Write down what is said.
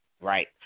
Right